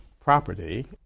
property